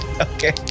Okay